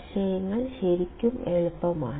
ആശയങ്ങൾ ശരിക്കും എളുപ്പമാണ്